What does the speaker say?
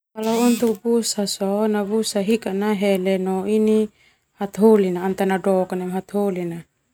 Kalo untuk busa sona busa hikada nahele no ini hataholi na anatahi doka neme hataholi na.